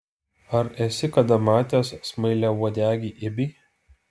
ar esi kada matęs smailiauodegį ibį